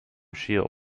shield